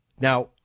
Now